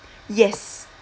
yes